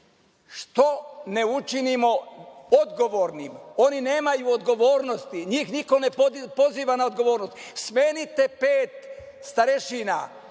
što ne učinimo odgovornim, oni nemaju odgovornosti, njih niko ne poziva na odgovornost. Smenite pet starešina,